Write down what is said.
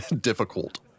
difficult